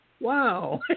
Wow